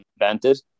invented